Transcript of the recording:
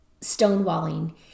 stonewalling